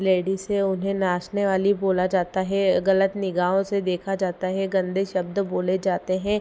ladies हैं उन्हें नाचनेवाली बोला जाता है गलत निगाहों से देखा जाता है गन्दे शब्द बोले जाते हैं